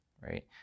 right